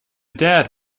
dad